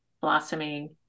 blossoming